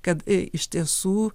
kad iš tiesų